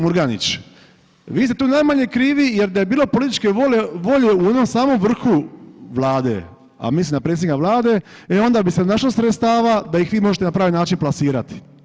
Murganić, vi ste tu najmanje krivi jer da je bilo političke volje u onom samom vrhu vlade, a mislim na predsjednika vlade, e onda bi se našlo sredstava da ih vi možete na pravi način plasirati.